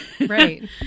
Right